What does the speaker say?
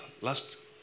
Last